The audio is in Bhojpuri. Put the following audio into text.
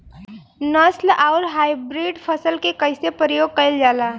नस्ल आउर हाइब्रिड फसल के कइसे प्रयोग कइल जाला?